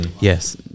yes